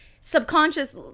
subconscious